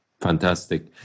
Fantastic